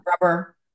rubber